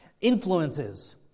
Influences